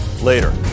later